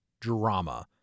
drama